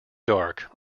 dark